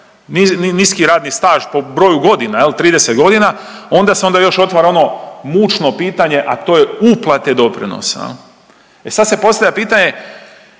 niski radni staž po broju godina 30 godina onda se onda još otvara ono mučno pitanje, a to je uplate doprinosa. E sad se postavlja pitanje,